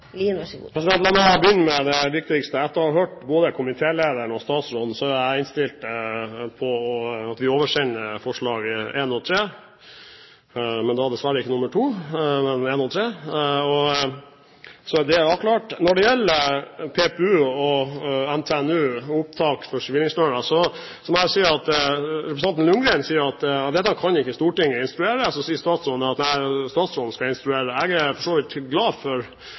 La meg begynne med det viktigste. Etter å ha hørt både komitélederen og statsråden er jeg innstilt på at vi oversender forslagene nr. 1 og 3, men da dessverre ikke forslag nr. 2. Så er det avklart. Når det gjelder PPU og NTNU og opptak for sivilingeniører, sier representanten Ljunggren at dette kan ikke Stortinget instruere, og så sier statsråden at statsråden skal instruere. Jeg er for så vidt glad for